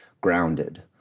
grounded